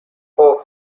اوه